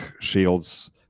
Shields